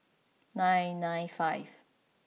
nine nine five